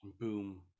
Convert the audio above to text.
boom